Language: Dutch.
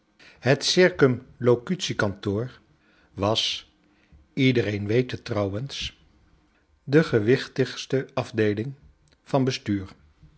het circumlocutie kantoor was iedereen weet het trouwens de gewichtigste afdeeling van be